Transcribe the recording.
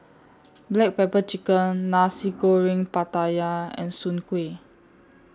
Black Pepper Chicken Nasi Goreng Pattaya and Soon Kway